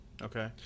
okay